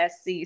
SC